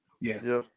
Yes